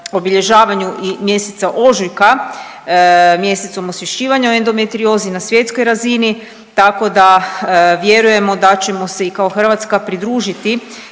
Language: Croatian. obilježavanju i mjeseca ožujka mjesecom osvješćivanja o endometriozi na svjetskoj razini, tako da vjerujemo da ćemo se i kao Hrvatska pridružiti